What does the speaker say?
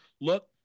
look